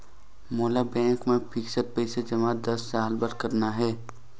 मोला बैंक मा फिक्स्ड पइसा जमा दस साल बार करना हे?